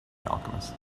alchemist